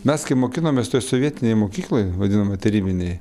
mes kai mokinomės toj sovietinėj mokykloj vadinamoj tarybinėj